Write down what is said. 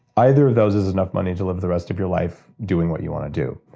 either of those is enough money to live the rest of your life doing what you want to do.